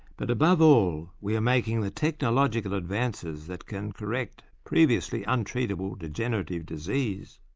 but above all we are making the technological advances that can correct previously untreatable degenerative disease.